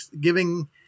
giving